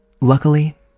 Luckily